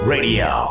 Radio